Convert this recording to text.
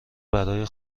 برای